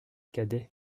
cadet